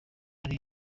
hari